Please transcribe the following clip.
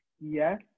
Yes